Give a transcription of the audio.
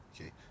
okay